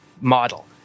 model